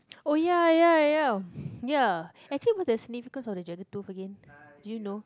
oh ya ya ya ya actually what's the significance of the dragon tooth again do you know